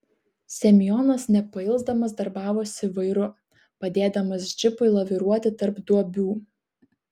semionas nepailsdamas darbavosi vairu padėdamas džipui laviruoti tarp duobių